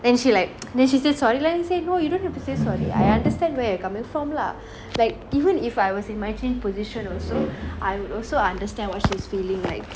then she like then she say sorry lah I said no you don't have to say sorry I understand where you're coming from lah like even if I was in marichin's position also I would also understand what she's feeling like